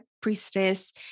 priestess